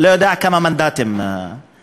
אני לא יודע בכמה מנדטים זכה.